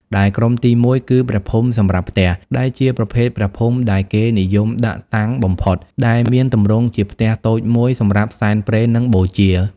ដែលក្រុមទីមួយគឺ ព្រះភូមិសម្រាប់ផ្ទះ ដែលជាប្រភេទព្រះភូមិដែលគេនិយមដាក់តាំងបំផុត ដែលមានទម្រង់ជាផ្ទះតូចមួយសម្រាប់សែនព្រេន និងបូជា។